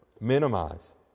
minimize